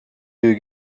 you